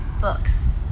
books